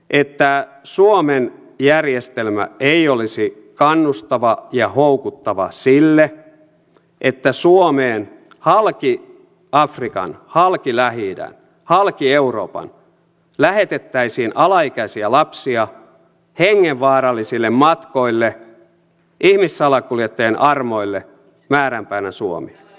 siksi että suomen järjestelmä ei olisi kannustava ja houkuttava sille että suomeen halki afrikan halki lähi idän halki euroopan lähetettäisiin alaikäisiä lapsia hengenvaarallisille matkoille ihmissalakuljettajien armoille määränpäänä suomi